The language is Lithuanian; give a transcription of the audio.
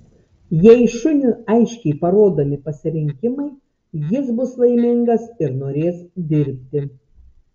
jei šuniui aiškiai parodomi pasirinkimai jis bus laimingas ir norės dirbti